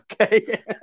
Okay